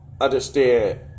understand